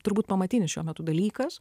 turbūt pamatinis šiuo metu dalykas